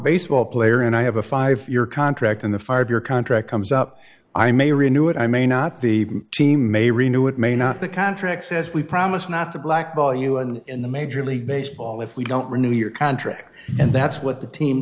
baseball player and i have a five year contract in the five year contract comes up i may renu it i may not the team a renewed may not the contract says we promise not to blackball you and in the major league baseball if we don't renew your contract and that's what the team